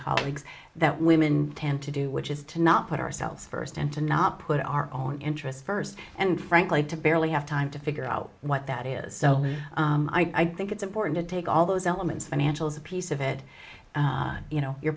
colleagues that women tend to do which is to not put ourselves first and to not put our own interests first and frankly to barely have time to figure out what that is so i think it's important to take all those elements financial is a piece of it you know your